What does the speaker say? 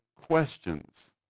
questions